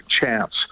chance